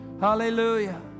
Hallelujah